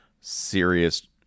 serious